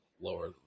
lower